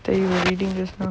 thought you were reading just now